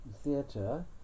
theatre